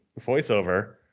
voiceover